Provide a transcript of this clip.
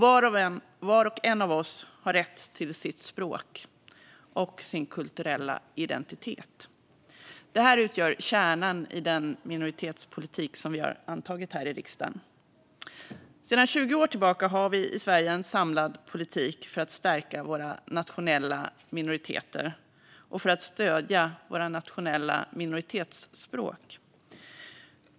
Var och en av oss har rätt till sitt språk och sin kulturella identitet. Det här utgör kärnan i den minoritetspolitik som riksdagen har antagit. Sedan 20 år tillbaka har vi i Sverige en samlad politik för att stärka våra nationella minoriteter och för att stödja våra nationella minoritetsspråk.